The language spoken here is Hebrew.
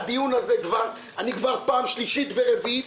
הדיון הזה אני כבר פעם שלישית או רביעית